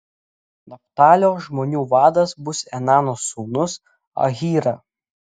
naftalio žmonių vadas bus enano sūnus ahyra